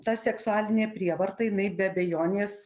ta seksualinė prievarta jinai be abejonės